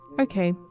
Okay